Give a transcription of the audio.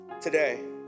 today